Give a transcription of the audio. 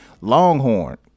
Longhorn